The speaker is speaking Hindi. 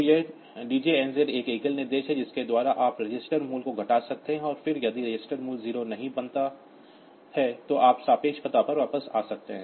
तो यह DJNZ एक एकल निर्देश है जिसके द्वारा आप रजिस्टर मूल्य को घटा सकते हैं और फिर यदि रजिस्टर मूल्य 0 नहीं बन जाता है तो आप रिलेटिव पते पर वापस जा सकते हैं